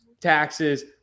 taxes